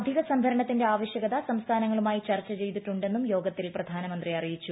അധിക സംഭരണത്തിന്റെ ആവശ്യകത സംസ്ഥാനങ്ങളുമായി ചർച്ച ചെയ്തിട്ടുണ്ടെന്നും യോഗത്തിൽ പ്രധാനമന്ത്രി അറിയിച്ചു